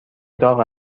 داغ